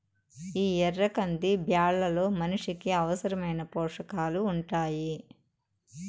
ఈ ఎర్ర కంది బ్యాళ్ళలో మనిషికి అవసరమైన పోషకాలు ఉంటాయి